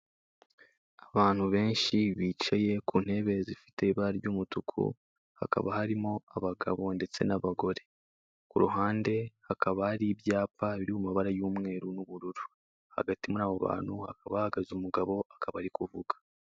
Abantu benshi bicaye ku ntebe zifite ibara ry'umutuku. Hakaba harimo abagabo ndetse n'abagore. Ku ruhande hakaba hari ibyapa biri mu mabara y'umweru n'ubururu. Hagati muri abo bantu hakaba hagaze umugabo akaba arikuvuga.